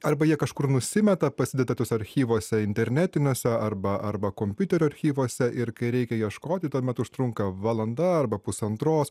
arba jie kažkur nusimeta pasideda tuos archyvuose internetiniuose arba arba kompiuterio archyvuose ir kai reikia ieškoti tuomet užtrunka valanda arba pusantros